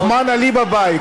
אתה רואה, רחמנא ליבא בעי.